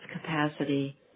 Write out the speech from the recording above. capacity